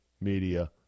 media